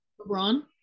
LeBron